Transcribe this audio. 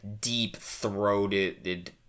deep-throated